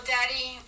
Daddy